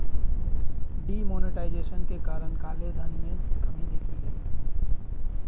D monetization के कारण काले धन में कमी देखी गई